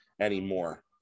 anymore